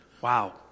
Wow